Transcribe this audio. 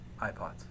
iPods